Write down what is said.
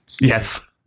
Yes